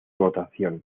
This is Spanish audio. votación